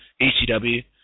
ECW